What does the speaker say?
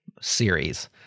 series